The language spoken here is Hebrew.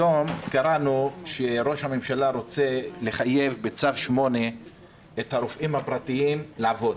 היום קראנו שראש הממשלה רוצה לחייב בצו 8 את הרופאים הפרטיים לעבוד.